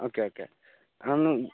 okay okay അതൊന്ന്